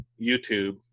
YouTube